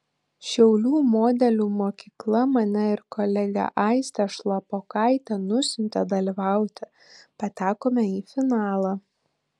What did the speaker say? šiaulių modelių mokykla mane ir kolegę aistę šlapokaitę nusiuntė dalyvauti patekome į finalą